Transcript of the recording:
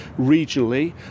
regionally